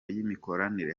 y’imikoranire